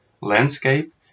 landscape